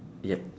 yup